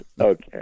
Okay